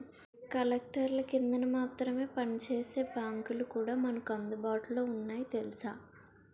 కలెక్టర్ల కిందన మాత్రమే పనిచేసే బాంకులు కూడా మనకు అందుబాటులో ఉన్నాయి తెలుసా